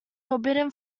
forbidden